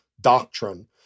doctrine